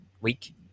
week